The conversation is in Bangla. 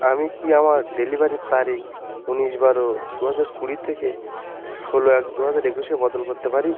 আমি কি আমার ডেলিভারির তারিখ ঊনিশ বারো দু হাজার কুড়ি থেকে ষোলো এক দু হাজার একুশে বদল করতে পারি